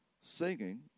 singing